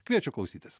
kviečiu klausytis